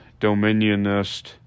dominionist